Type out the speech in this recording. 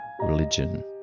religion